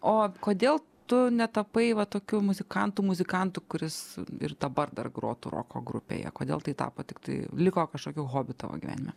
o kodėl tu netapai va tokiu muzikantų muzikantu kuris ir dabar dar grotų roko grupėje kodėl tai tapo tiktai liko kažkokiu hobiu tavo gyvenime